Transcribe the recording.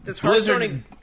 Blizzard